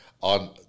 On